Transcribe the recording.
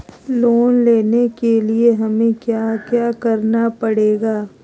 Loan लेने के लिए हमें क्या क्या करना पड़ेगा?